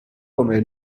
come